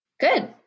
Good